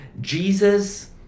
Jesus